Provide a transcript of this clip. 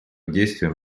действиям